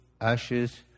ashes